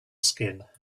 skin